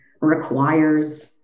requires